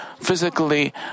physically